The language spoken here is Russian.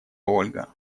ольга